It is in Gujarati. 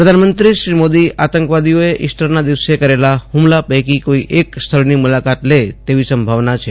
શ્રી મોદી આંતકવાદીઓએ ઇસ્ટરના દિવસે કરેલા હુમલા પૈકી કોઇ એક સ્થળની મુલાકાત લે તેવી સંભાવના છે